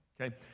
okay